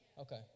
Okay